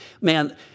man